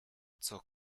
zur